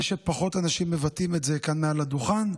שפחות אנשים מבטאים את זה כאן מעל הדוכן.